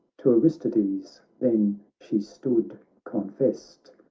to aristides then she stood confessed,